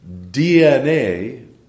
DNA